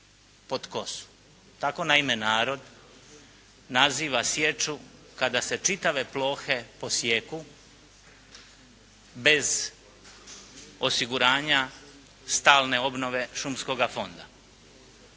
Tako naime narod naziva sječu kada se čitave plohe posijeku bez osiguranja stalne obnove šumskoga fonda.